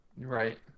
right